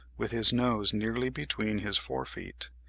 with his nose nearly between his fore feet,